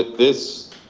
this